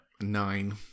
Nine